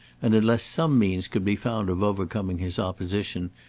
and unless some means could be found of overcoming his opposition,